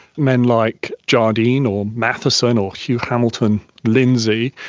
men like jardine or matheson or hugh hamilton lindsay,